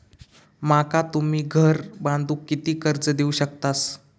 माका तुम्ही घर बांधूक किती कर्ज देवू शकतास?